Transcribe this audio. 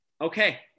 okay